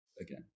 again